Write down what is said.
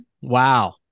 Wow